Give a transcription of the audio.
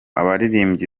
abaririmbyi